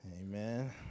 Amen